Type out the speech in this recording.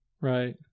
Right